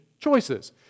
choices